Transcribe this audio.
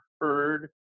heard